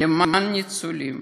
למען הניצולים.